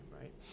right